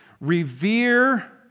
Revere